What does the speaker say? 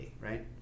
right